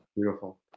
beautiful